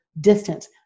distance